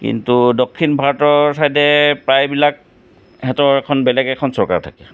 কিন্তু দক্ষিণ ভাৰতৰ ছাইডে প্ৰায়বিলাক সিহঁতৰ এখন বেলেগ এখন চৰকাৰ থাকে